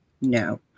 No